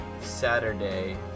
Saturday